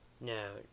no